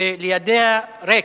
ולידו ריק.